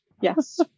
Yes